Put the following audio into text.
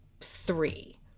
three